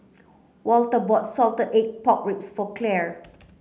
Walter bought salted egg pork ribs for Clare